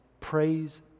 Praise